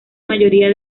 mayoría